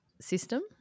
system